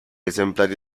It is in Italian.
esemplari